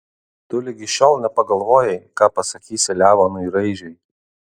tu ligi šiol nepagalvojai ką pasakysi leonui raižiui